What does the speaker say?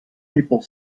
people